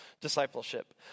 discipleship